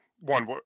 One